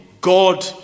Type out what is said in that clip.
God